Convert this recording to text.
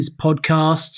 podcasts